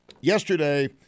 yesterday